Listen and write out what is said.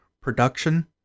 Production